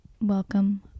welcome